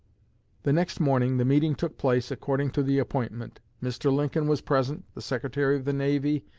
the next morning the meeting took place according to the appointment. mr. lincoln was present. the secretary of the navy,